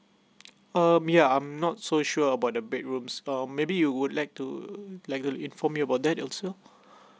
um yeah I'm not so sure about the bedrooms uh maybe you would like to like uh inform me about that also